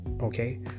Okay